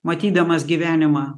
matydamas gyvenimą